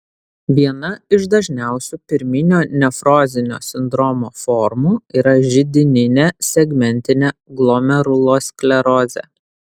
viena iš dažniausių pirminio nefrozinio sindromo formų yra židininė segmentinė glomerulosklerozė